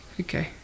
Okay